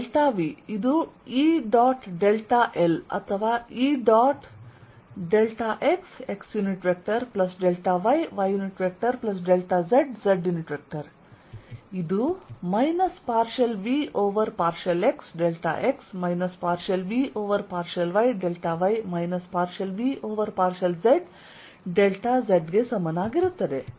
V2V1 VxxyyzzV1 ∂V∂xx ∂V∂yy ∂V∂zz ExxEyyEzz Ex ∂V∂xEy ∂V∂yEz ∂V∂z ಮತ್ತು delta V ಇದು E dot delta L ಅಥವಾ E ಡಾಟ್ xxyyzz ಇದು minus partial V over partial x delta x minus partial V over partial y delta y minus partial V over partial z ಡೆಲ್ಟಾz ಗೆ ಸಮನಾಗಿರುತ್ತದೆ